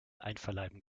einverleiben